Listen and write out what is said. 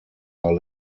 are